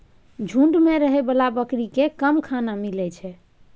झूंड मे रहै बला बकरी केँ कम खाना मिलइ छै